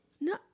No